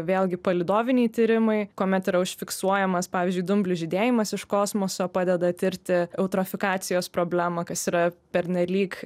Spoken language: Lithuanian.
vėlgi palydoviniai tyrimai kuomet yra užfiksuojamas pavyzdžiui dumblių žydėjimas iš kosmoso padeda tirti eutrofikacijos problemą kas yra pernelyg